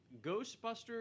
Ghostbusters